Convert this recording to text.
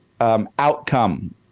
outcome